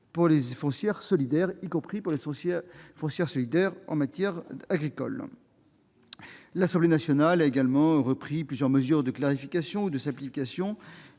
sein des foncières solidaires, y compris son extension aux foncières solidaires à vocation agricole. L'Assemblée nationale a aussi repris plusieurs mesures de clarification ou de simplification